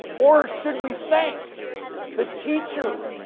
or should we thank the teacher